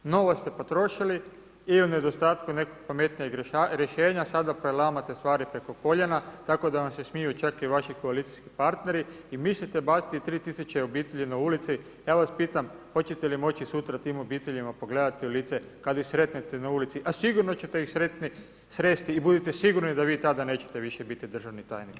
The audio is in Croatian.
Novac ste potrošili i u nedostatku nekog pametnijeg rješenja, sada prelamate stvari preko koljena tako da vam se smiju čak i vaši koalicijski partneri i mislite baciti 3000 obitelji na ulicu, ja vas pitam hoćete li moći sutra tim obiteljima pogledati u lice kad ih sretnete na ulici a sigurno ćete te ih sresti i budite sigurni da vi tada više nećete biti državni tajnik.